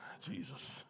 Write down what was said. Jesus